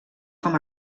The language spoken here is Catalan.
com